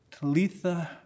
Talitha